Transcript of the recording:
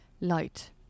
light